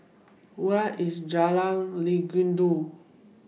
Where IS Jalan Legundi